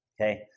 okay